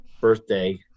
birthday